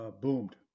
boomed